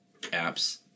apps